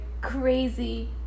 crazy